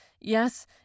yes